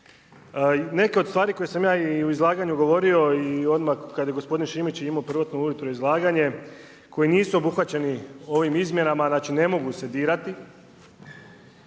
Neke od stvari koje sam ja u izlaganju govorio i odmah kada je gospodin Šimić imao prvotno ujutro izlaganje, koje nisu obuhvaćeni ovim izmjenama, znači ne mogu se dirati,